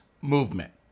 movement